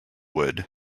wood